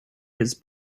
his